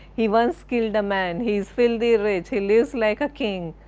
he once killed a man, he is filthy rich, he lives like a king,